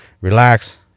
relax